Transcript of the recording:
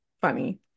funny